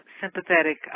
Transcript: sympathetic